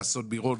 באסון מירון.